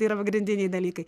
tai yra pagrindiniai dalykai